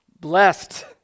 blessed